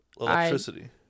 electricity